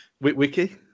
Wiki